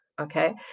okay